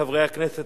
חברי הכנסת,